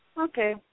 Okay